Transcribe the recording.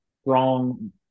strong